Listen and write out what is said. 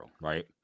right